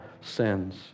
sins